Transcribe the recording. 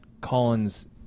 Collins